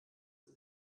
sie